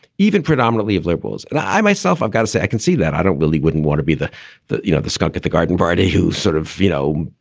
even predominately of liberals. and i myself, i've got to say, i can see that i don't really wouldn't want to be the the you know skunk at the garden party who sort of veto,